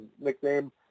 nickname